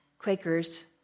Quakers